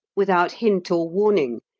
without hint or warning,